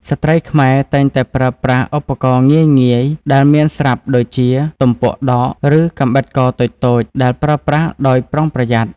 ស្ត្រីខ្មែរតែងតែប្រើប្រាស់ឧបករណ៍ងាយៗដែលមានស្រាប់ដូចជា ទំពក់ដក ឬកាំបិតកោរតូចៗ (ដែលប្រើប្រាស់ដោយប្រុងប្រយ័ត្ន)។